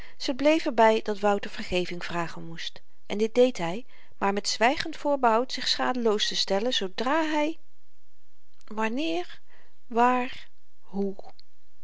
ze bleef er by dat wouter vergeving vragen moest en dit deed hy maar met zwygend voorbehoud zich schadeloos te stellen zoodra hy wanneer waar hoe